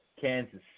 Kansas